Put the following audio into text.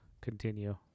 Continue